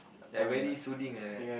like very soothing like that